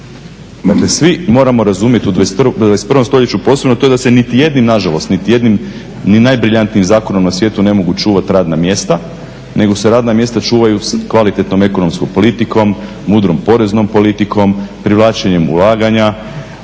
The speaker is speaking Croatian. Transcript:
svi moramo razumjeti u 21.stoljeću, posebno to da se niti jednim, nažalost, niti jednim najbriljantnijim zakonom na svijetu ne mogu čuvat radna mjesta, nego se radna mjesta čuvaju s kvalitetnom ekonomskom politikom, mudrom poreznom politikom, privlačenjem ulaganja,